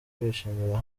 kwishimira